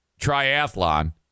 triathlon